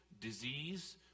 disease